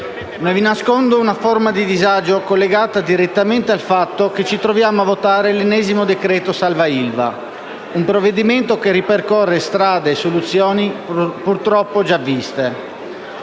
non vi nascondo una forma di disagio collegata direttamente al fatto che ci troviamo a votare l'ennesimo decreto salva ILVA, un provvedimento che ripercorre strade e soluzioni purtroppo già viste.